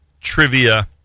trivia